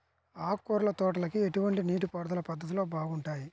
ఆకుకూరల తోటలకి ఎటువంటి నీటిపారుదల పద్ధతులు బాగుంటాయ్?